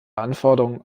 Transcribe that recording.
anforderungen